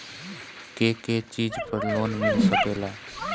के के चीज पर लोन मिल सकेला?